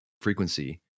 frequency